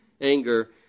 anger